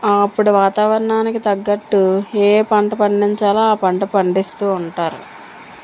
అప్పుడు వాతావరణానికి తగ్గట్టు ఏ పంట పండించాలో ఆ పంట పండిస్తు ఉంటారు